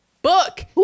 Book